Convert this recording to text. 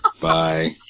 Bye